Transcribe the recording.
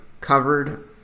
covered